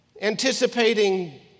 anticipating